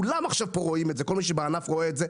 כולם עכשיו רואים את זה, כל מי שבענף רואה את זה.